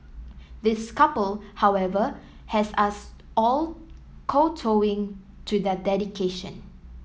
this couple however has us all kowtowing to their dedication